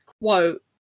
quote